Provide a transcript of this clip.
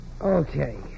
Okay